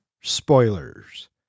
spoilers